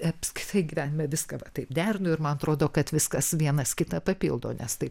apskritai gyvenime viską va taip derinu ir man atrodo kad viskas vienas kitą papildo nes tai